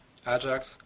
Ajax